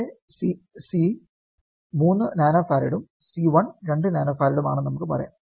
ഇവിടെ C 3 നാനോഫാരഡും C1 2 നാനോഫാരഡും ആണെന്ന് നമുക്ക് പറയാം